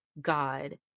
God